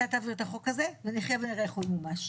אתה תעביר את החוק הזה ונחיה ונראה איך הוא ימומש,